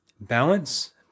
balance